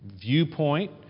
viewpoint